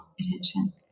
attention